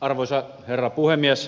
arvoisa herra puhemies